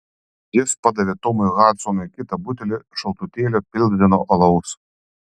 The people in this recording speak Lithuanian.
jis padavė tomui hadsonui kitą butelį šaltutėlio pilzeno alaus